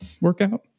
workout